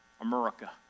America